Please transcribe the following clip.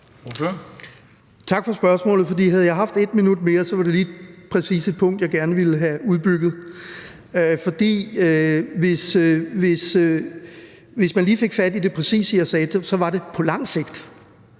Tak for spørgsmålet. For havde jeg haft et minut mere, så var det lige præcis et punkt, jeg gerne ville have udbygget. For hvis man lige fik fat i det, jeg præcis sagde, så var det på lang sigt,